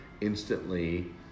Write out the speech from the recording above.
instantly